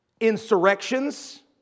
insurrections